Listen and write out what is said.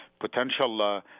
potential